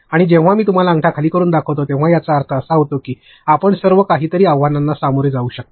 आणि जेव्हा मी तुम्हाला अंगठा खाली करून दाखवितो तेव्हा याचा अर्थ असा होतो की आपण सर्व काहीतरी आव्हानांना सामोरे जाऊ शकता